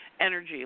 energy